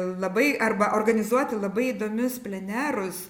labai arba organizuoti labai įdomius plenerus